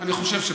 אני חושב שפחות,